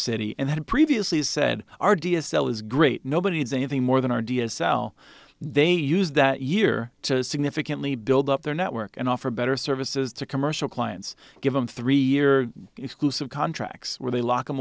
city and had previously said our d s l is great nobody does anything more than our d s l they use that year to significantly build up their network and offer better services to commercial clients give them three year exclusive contracts where they lock them